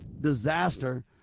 disaster